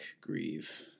Grieve